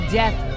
death